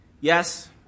Yes